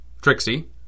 Trixie